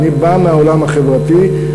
אני בא מהעולם החברתי,